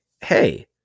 hey